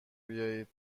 بیایید